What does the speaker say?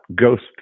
ghost